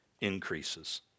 increases